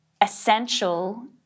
essential